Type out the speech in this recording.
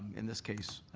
in this case,